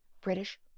British